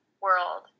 world